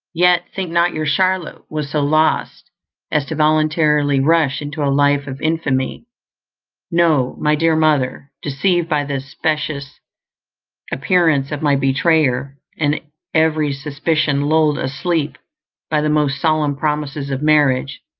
yet think not your charlotte was so lost as to voluntarily rush into a life of infamy no, my dear mother, deceived by the specious appearance of my betrayer, and every suspicion lulled asleep by the most solemn promises of marriage,